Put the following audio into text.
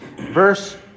Verse